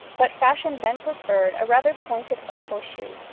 but fashion then preferred a rather pointed oval shoe,